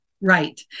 Right